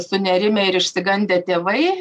sunerimę ir išsigandę tėvai